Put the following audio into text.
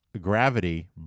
Gravity